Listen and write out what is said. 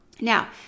Now